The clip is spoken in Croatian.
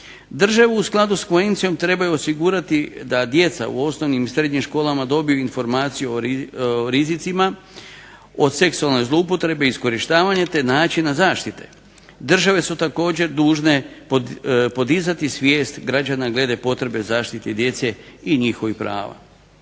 Države u skladu s konvencijom trebaju osigurati da djeca u osnovnim i srednjim školam dobiju informaciju o rizicima od seksualne zloupotrebe i iskorištavanja te načina zaštite. Države su također dužne podizati svijest građana glede potrebe zaštite djece i njihova prava.